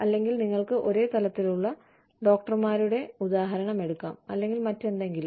അല്ലെങ്കിൽ നിങ്ങൾക്ക് ഒരേ തലത്തിലുള്ള ഡോക്ടർമാരുടെ ഉദാഹരണം എടുക്കാം അല്ലെങ്കിൽ മറ്റെന്തെങ്കിലും